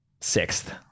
sixth